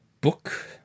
book